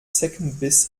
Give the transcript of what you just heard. zeckenbiss